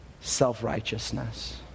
self-righteousness